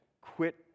quit